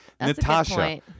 Natasha